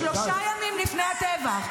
זה שטייסים אומרים שלושה ימים לפני הטבח,